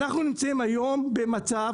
אנחנו נמצאים היום במצב,